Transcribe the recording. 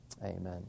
Amen